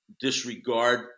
disregard